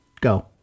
go